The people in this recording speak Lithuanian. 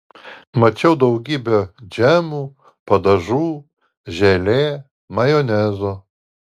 mačiau daugybę džemų padažų želė majonezo